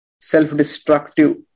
self-destructive